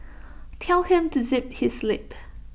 tell him to zip his lip